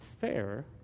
fair